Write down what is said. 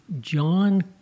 John